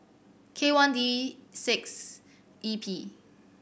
K one D six E P